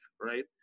right